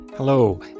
Hello